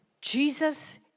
Jesus